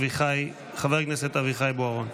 חבר הכנסת אביחי בוארון.